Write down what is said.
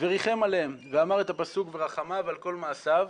וריחם עליהם, ואמר את הפסוק, ורחמיו על כל מעשיו,